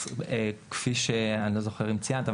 כפי שאני לא זוכר אם ציינת,